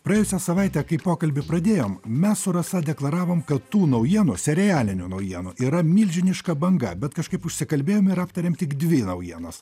praėjusią savaitę kai pokalbį pradėjom mes su rasa deklaravom kad tų naujienų serialinių naujienų yra milžiniška banga bet kažkaip užsikalbėjom ir aptarėm tik dvi naujienas